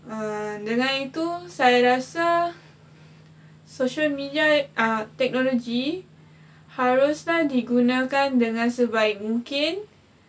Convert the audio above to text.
err dengan itu saya rasa social media err technology haruslah digunakan dengan sebaik mungkin